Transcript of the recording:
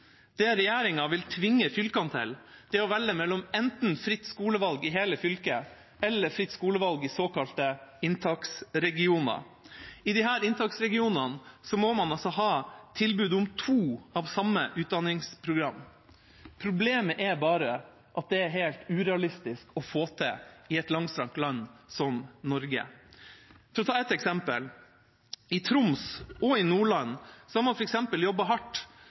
Det regjeringa vil tvinge fylkene til, er å velge mellom enten fritt skolevalg i hele fylket eller fritt skolevalg i såkalte inntaksregioner. I disse inntaksregionene må man ha tilbud om to av samme utdanningsprogram. Problemet er bare at det er helt urealistisk å få til det i et langstrakt land som Norge. For å ta et eksempel: I Troms og i Nordland har man jobbet hardt